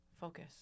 focus